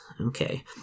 okay